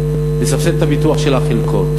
לסבסד את הביטוח של החלקות.